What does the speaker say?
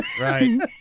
Right